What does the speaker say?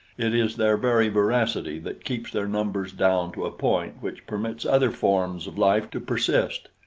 it is their very voracity that keeps their numbers down to a point which permits other forms of life to persist,